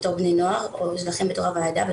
בתור בני נוער או שלכם בתור הוועדה,